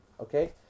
okay